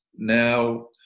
Now